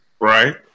Right